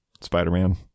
Spider-Man